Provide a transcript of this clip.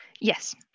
Yes